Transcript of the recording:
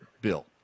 bill